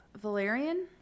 Valerian